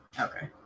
Okay